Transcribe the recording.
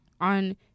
on